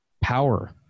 power